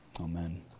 amen